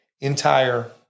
entire